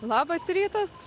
labas rytas